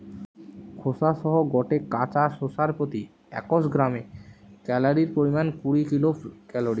খোসা সহ গটে কাঁচা শশার প্রতি একশ গ্রামে ক্যালরীর পরিমাণ কুড়ি কিলো ক্যালরী